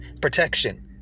protection